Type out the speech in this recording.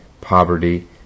poverty